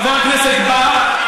חבר הכנסת בר,